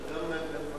אתה הולך רק לתל-אביב?